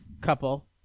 couple